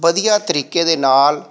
ਵਧੀਆ ਤਰੀਕੇ ਦੇ ਨਾਲ